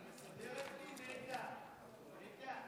שלוש דקות, אדוני,